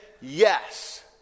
Yes